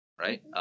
right